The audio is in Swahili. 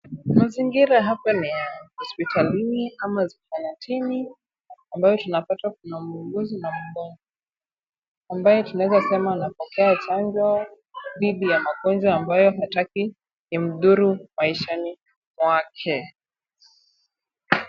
Mazingira hapa ni ya hosptalini ama zahanatini, ambayo tunapata muuguzi na mgonjwa, ambaye tunaweza sema anapokea matibabu dhidi ya magonjwa ambayo hataki imdhuru maishani mwake.